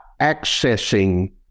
accessing